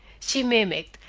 she mimicked,